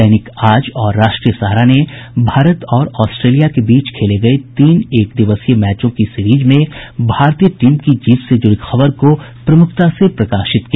दैनिक आज और राष्ट्रीय सहारा ने भारत और ऑस्ट्रेलिया के बीच खेले गये तीन एक दिवसीय मैचों की सीरिज में भारतीय टीम की जीत से जुड़ी खबर को प्रमुखता से प्रकाशित किया